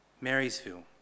Marysville